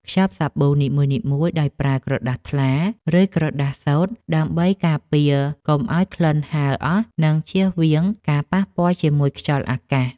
ខ្ចប់សាប៊ូនីមួយៗដោយប្រើក្រដាសថ្លា ឬក្រដាសសូត្រ ដើម្បីការពារកុំឱ្យក្លិនហើរអស់ និងជៀសវាងការប៉ះពាល់ជាមួយខ្យល់អាកាស។